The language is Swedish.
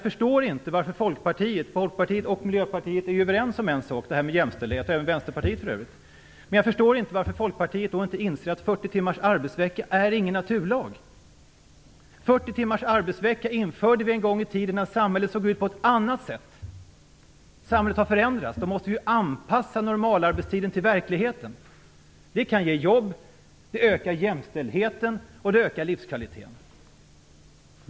Folkpartiet och Miljöpartiet, och för övrigt även Vänsterpartiet, är ju överens när det gäller jämställdheten. Men jag förstår inte varför Folkpartiet då inte inser att det inte är någon naturlag att vi skall ha 40 timmars arbetsvecka. 40 timmars arbetsvecka införde vi en gång i tiden när samhället såg ut på ett annat sätt. Samhället har förändrats. Då måste vi anpassa normalarbetstiden till verkligheten. Det kan ge jobb, det ökar jämställdheten och det ökar livskvaliteten.